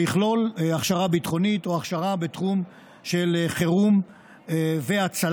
שיכלול הכשרה ביטחונית או הכשרה בתחום של חירום והצלה.